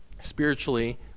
Spiritually